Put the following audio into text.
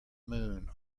moon